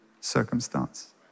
circumstance